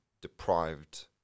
deprived